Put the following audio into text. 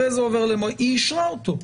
אחרי זה עובר היא אישרה אותו.